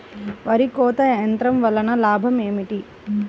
వరి కోత యంత్రం వలన లాభం ఏమిటి?